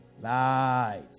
Light